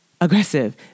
aggressive